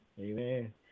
Amen